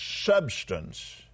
substance